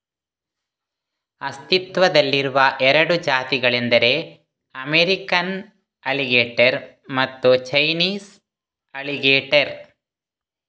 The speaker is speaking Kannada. ಅಸ್ತಿತ್ವದಲ್ಲಿರುವ ಎರಡು ಜಾತಿಗಳೆಂದರೆ ಅಮೇರಿಕನ್ ಅಲಿಗೇಟರ್ ಮತ್ತೆ ಚೈನೀಸ್ ಅಲಿಗೇಟರ್